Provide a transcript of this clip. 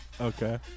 Okay